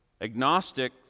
agnostic